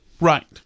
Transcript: right